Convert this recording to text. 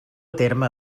terme